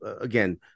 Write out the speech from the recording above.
again